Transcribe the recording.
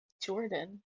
Jordan